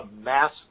mass